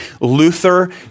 Luther